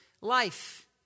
life